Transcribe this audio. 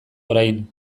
orain